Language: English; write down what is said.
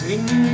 Sing